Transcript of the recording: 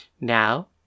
Now